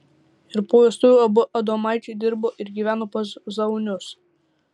ir po vestuvių abu adomaičiai dirbo ir gyveno pas zaunius